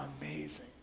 amazing